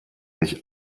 mich